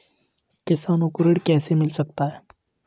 किसानों को ऋण कैसे मिल सकता है?